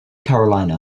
carolina